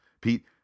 Pete